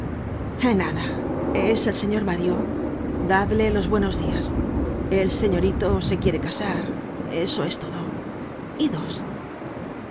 dijo nada es el señor mario dadle los buenos dias el señorito se quiere casar eso es todo idos